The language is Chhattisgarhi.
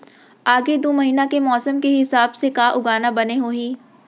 आगे दू महीना के मौसम के हिसाब से का उगाना बने होही?